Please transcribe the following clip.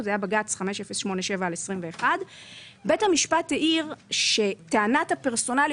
זה היה בג"ץ 5087/21. בית המשפט העיר שטענת הפרסונליות